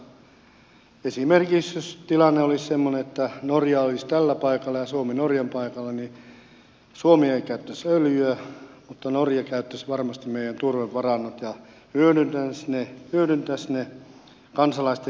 esimerkiksi jos tilanne olisi semmoinen että norja olisi tällä paikalla ja suomi norjan paikalla niin suomi ei käyttäisi öljyä mutta norja käyttäisi varmasti meidän turvevarannot ja hyödyntäisi ne kansalaisten hyväksi